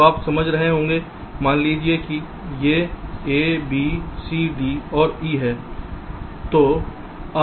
तो आप समझ रहे होंगे मान लीजिए कि ये a b c d और e हैं